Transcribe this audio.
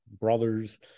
brothers